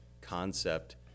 concept